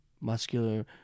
Muscular